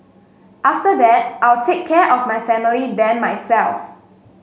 after that I'll take care of my family then myself